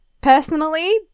personally